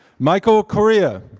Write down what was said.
michael correia.